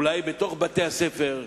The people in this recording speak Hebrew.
אולי בבתי-הספר,